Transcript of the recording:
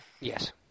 Yes